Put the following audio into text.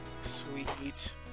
Sweet